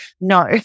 No